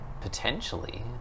Potentially